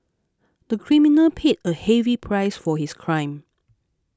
the criminal paid a heavy price for his crime